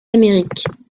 amériques